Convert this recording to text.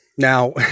Now